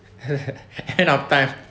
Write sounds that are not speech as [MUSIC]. [LAUGHS] end of time